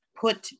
put